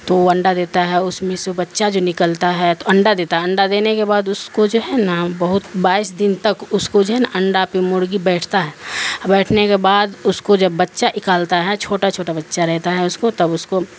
تو وہ انڈا دیتا ہے اس میں سےو بچہ جو نکلتا ہے تو انڈا دیتا ہے انڈا دینے کے بعد اس کو جو ہے نا بہت بائیس دن تک اس کو جو ہے نا انڈا پہ مرغی بیٹھتا ہے بیٹھنے کے بعد اس کو جب بچہ اکالتا ہے چھوٹا چھوٹا بچہ رہتا ہے اس کو تب اس کو